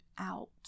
out